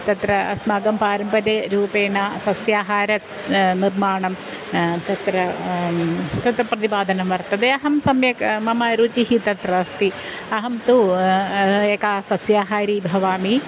तत्र अस्माकं पारम्पर्यरूपेण सस्याहारस्य निर्माणं तत्र तत्र प्रतिपादनं वर्तते अहं सम्यक् मम रुचिः तत्र अस्ति अहं तु एका सस्याहारी भवामि